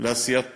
לעשיית טוב,